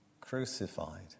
crucified